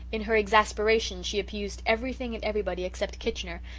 in her exasperation she abused everything and everybody except kitchener,